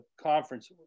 conference